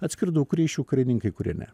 atskirdavo kurie iš jų karininkai kurie ne